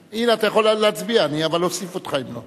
הנה, אתה יכול להצביע, אבל אני אוסיף אותך אם לא.